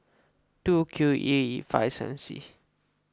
two Q E five seven C